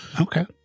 okay